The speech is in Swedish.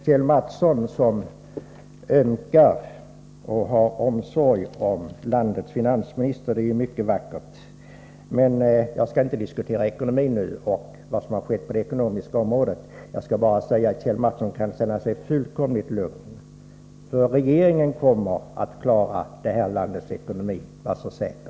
Kjell Mattsson har omsorg om landets finansminister, och det är mycket vackert. Jag skall emellertid inte diskutera ekonomi nu utan vill bara säga att Kjell Mattsson kan känna sig fullkomligt lugn — regeringen kommer att klara det här landets ekonomi, var så säker!